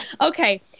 Okay